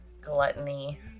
gluttony